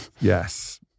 yes